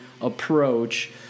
approach